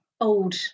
old